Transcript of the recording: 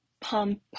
pump